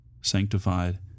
sanctified